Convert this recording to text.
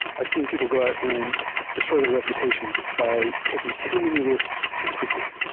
i've seen people go out and destroy their reputations by taking too many risks to quickly.